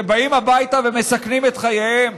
שבאים הביתה ומסכנים את חייהם,